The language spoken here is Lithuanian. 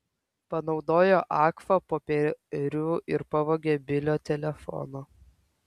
panaudojo agfa popierių ir pavogė bilio telefoną